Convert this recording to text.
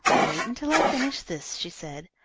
wait until i finish this, she said.